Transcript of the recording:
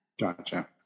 gotcha